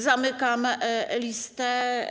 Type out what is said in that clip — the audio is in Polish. Zamykam listę.